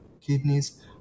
kidneys